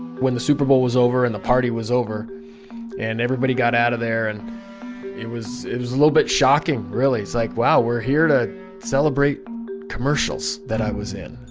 when the super bowl was over and the party was over and everybody got out of there, and it was, it was a little bit shocking really like wow, we're here to celebrate commercials that i was in.